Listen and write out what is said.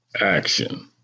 Action